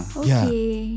okay